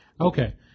Okay